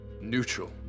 Neutral